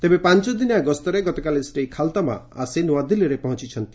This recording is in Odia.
ତେବେ ଏକ ପାଞ୍ଚଦିନିଆ ଗସ୍ତର ଗତକାଲି ଶ୍ରୀ ଖାଲ୍ତମୋ ଆସି ନ୍ନଆଦିଲ୍ଲୀରେ ପହଞ୍ଚୁଛନ୍ତି